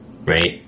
right